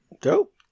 dope